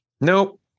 Nope